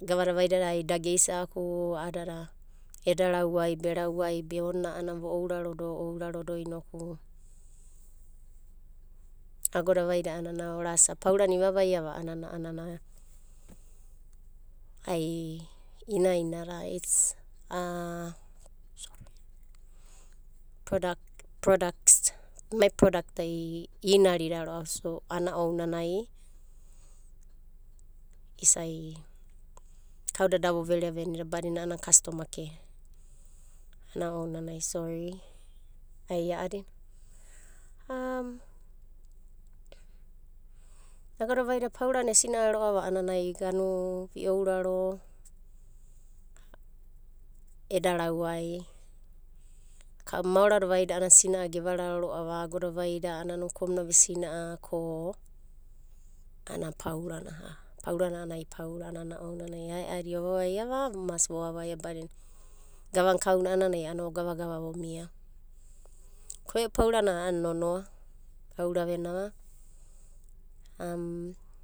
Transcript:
Gavada vaida a'adada ai da geisa'aku a'adada eda rawai be rawai be ona a'ana asa paurana ivavaia va a'anana a'anana ai inaina da prodaks. Ema prodak da inarida ro'ava so a'ana ounanai isa'i kauda da voverea venda badina a'ana kastoma. Ana ounanai sori ai a'adina. agoda vaida paurana esina'a ro'ava a'ananai iouraro eda rawai, kau maorada vaida a'ana sina'a ge vararo ro'ava. Agoda vaida a'ana ukomna vesina'a ko a'ana paurana, paurana a'ana paurana ai ae'adi ovavaia va ko vovavaia badina gavana kauna a'ananai ogavagava omiava. Ko e'u paura a'ana nonoa auravenava.